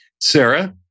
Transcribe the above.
Sarah